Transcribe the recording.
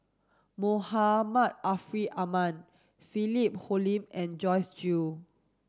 Muhammad Ariff Ahmad Philip Hoalim and Joyce Jue